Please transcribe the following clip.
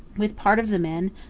with part of the men,